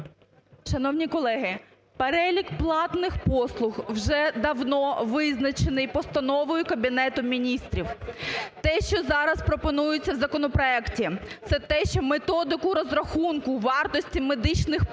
Шановні колеги! Перелік платних послуг вже давно визначений постановою Кабінету Міністрів. Те, що зараз пропонується в законопроекті, це те, що методику розрахунку вартості медичних послуг,